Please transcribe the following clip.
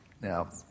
Now